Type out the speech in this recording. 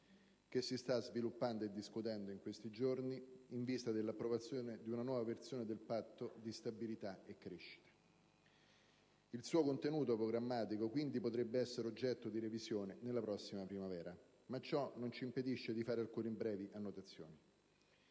che si sta sviluppando e discutendo in questi giorni, in vista dell'approvazione di una nuova versione del Patto di stabilità e crescita. Il suo contenuto programmatico, quindi, potrebbe essere oggetto di revisione nella prossima primavera, ma ciò non ci impedisce di fare alcune brevi annotazioni.